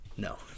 No